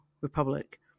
republic